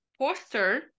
poster